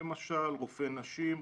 רופאי נשים,